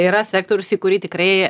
yra sektorius į kurį tikrai